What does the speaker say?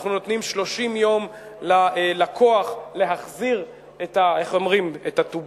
אנחנו נותנים 30 יום ללקוח להחזיר את הטובין,